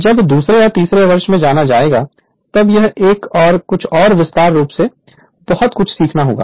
जब दूसरे या तीसरे वर्ष में जाना जाएगा यह एक और सब कुछ विस्तार से बहुत कुछ सीखना होगा